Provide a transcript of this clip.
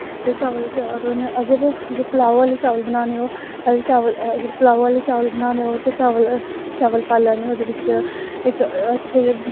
ते चावल त्यार होने अगर अगर पलाओ आह्ले चावल बनाने होन पैहलें चावल अगर पलाओ आह्ले चावल बनाने होन ओह्दे च चावल चावल पाई लैने ओह्दे बिच्च इक अच्छे